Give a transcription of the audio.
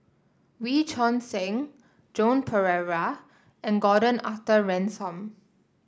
Wee Choon Seng Joan Pereira and Gordon Arthur Ransome